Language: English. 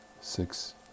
six